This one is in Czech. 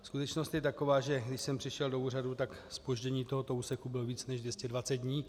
Skutečnost je taková, že když jsem přišel do úřadu, tak zpoždění tohoto úseku bylo více než 220 dní.